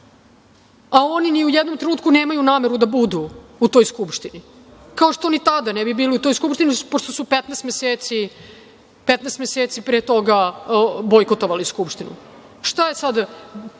a oni ni u jednom trenutku nemaju nameru da budu u toj Skupštini, kao što ni tada ne bi bili u toj Skupštini, pošto su 15 meseci pre toga bojkotovali Skupštinu. Sada je